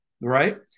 Right